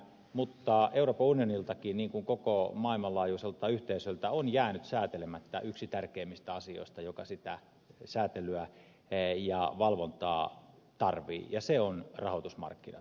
mutta euroopan unioniltakin niin kuin koko maailmanlaajuiselta yhteisöltä on jäänyt säätelemättä yksi tärkeimmistä asioista joka sitä säätelyä ja valvontaa tarvitsee ja se on rahoitusmarkkinat